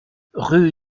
rue